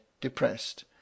depressed